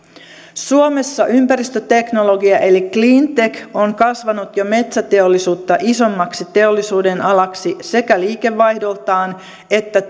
suomessa ympäristöteknologia eli cleantech on kasvanut jo metsäteollisuutta isommaksi teollisuudenalaksi sekä liikevaihdoltaan että